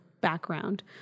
background